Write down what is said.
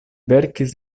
verkis